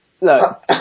Look